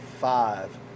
five